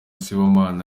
sibomana